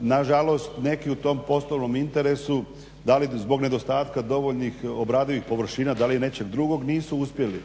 Na žalost neki u tom poslovnom interesu, da li zbog nedostatka dovoljnih obradivih površina, da li nečeg drugog nisu uspjeli